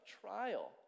trial